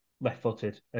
Left-footed